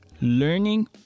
learning